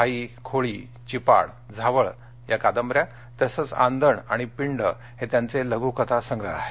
खाई खुळी चिपाड झावळ आदी कादंबऱ्या तसंच आंदण आणि पिंड हे त्यांचे लघुकथासंग्रह आहेत